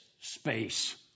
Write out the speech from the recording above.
space